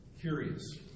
curious